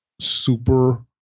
super